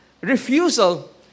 refusal